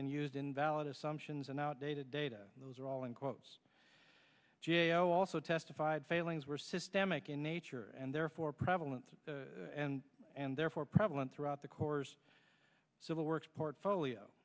and used invalid assumptions and outdated data those were all in quotes g a o also testified failings were systemic in nature and therefore prevalent and therefore prevalent throughout the course civil works portfolio